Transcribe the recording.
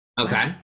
Okay